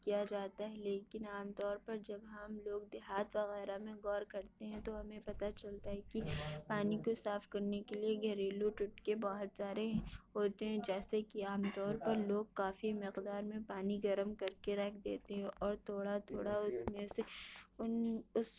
کیا جاتا ہے لیکن عام طور پر جب ہم لوگ دیہات وغیرہ میں غور کرتے ہیں تو ہمیں پتا چلتا ہے کہ پانی کو صاف کرنے کے لیے گھریلو ٹوٹکے بہت سارے ہوتے ہیں جیسے کہ عام طور پر لوگ کافی مقدار میں پانی گرم کر کے رکھ دیتے ہیں اور تھوڑا تھوڑا اس میں سے ان اس